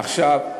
עכשיו,